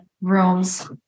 rooms